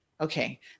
Okay